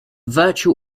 virtual